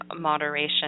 moderation